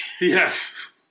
Yes